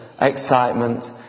excitement